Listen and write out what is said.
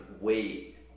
weight